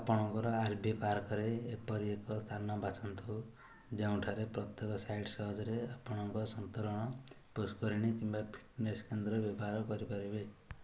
ଆପଣଙ୍କ R V ପାର୍କରେ ଏପରି ଏକ ସ୍ଥାନ ବାଛନ୍ତୁ ଯେଉଁଠାରେ ପ୍ରତ୍ୟେକ ସାଇଟ୍ ସହଜରେ ଆପଣଙ୍କ ସନ୍ତରଣ ପୁଷ୍କରିଣୀ କିମ୍ବା ଫିଟନେସ୍ କେନ୍ଦ୍ର ବ୍ୟବହାର କରିପାରିବେ